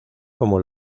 como